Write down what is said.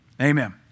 Amen